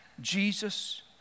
Jesus